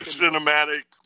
cinematic